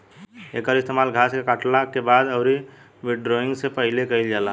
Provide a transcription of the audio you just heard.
एकर इस्तेमाल घास के काटला के बाद अउरी विंड्रोइंग से पहिले कईल जाला